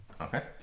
Okay